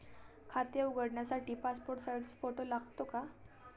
खाते उघडण्यासाठी passport size photo लागतो का?